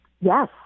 Yes